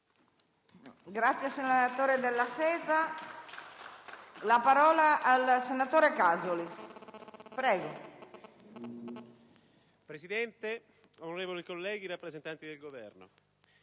Presidente, onorevoli colleghi, rappresentanti del Governo,